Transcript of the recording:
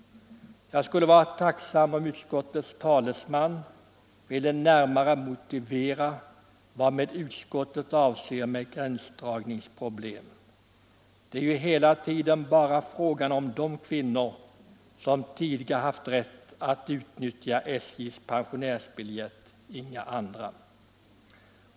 Jag skulle vara tacksam om utskottets talesman ville närmare motivera vad utskottet avser med ”gränsdragningsproblem”. Det är ju hela tiden bara fråga om de kvinnor som tidigare haft rätt att utnyttja SJ:s pensionärsbiljett — inga andra.